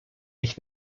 ich